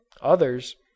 Others